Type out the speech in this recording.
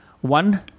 One